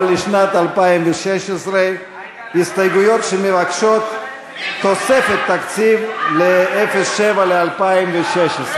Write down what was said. אבל לשנת 2016. הסתייגויות שמבקשות תוספת תקציב ל-07 ל-2016,